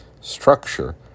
structure